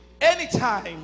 anytime